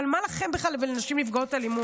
אבל מה בכלל ביניכם לבין נשים נפגעות אלימות?